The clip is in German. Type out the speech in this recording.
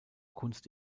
kunst